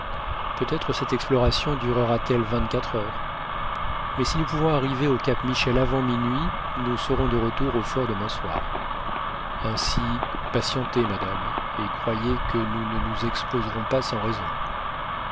peut-être cette exploration durera t elle vingtquatre heures mais si nous pouvons arriver au cap michel avant minuit nous serons de retour au fort demain soir ainsi patientez madame et croyez que nous ne nous exposerons pas sans raison